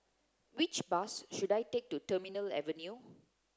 which bus should I take to Terminal Avenue